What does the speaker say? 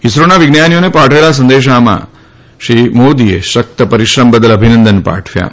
ઇસરોના વિજ્ઞાનીઓને પાઠવેલા સંદેશામાં શ્રી મોદીએ સખ્ત પરિશ્રમ બદલ અભિનંદન પાઠવ્યાં